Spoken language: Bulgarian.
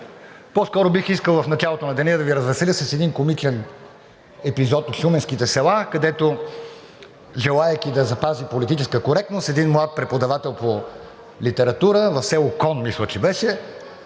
По-скоро бих искал в началото на деня да Ви развеселя с един комичен епизод от шуменските села, където, желаейки да запази политическа коректност, един млад преподавател по литература в село Кон, мисля, че беше,